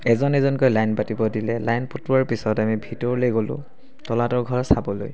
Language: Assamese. এজন এজনকৈ লাইন পাতিব দিলে লাইন পতোৱাৰ পিছত আমি ভিতৰলৈ গলোঁ তলাতল ঘৰ চাবলৈ